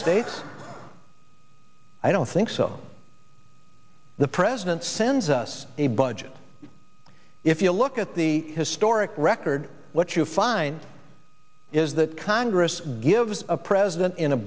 states i don't think so the president sends us a budget if you look at the historic record what you find is that congress gives a president in a